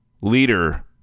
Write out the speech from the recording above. leader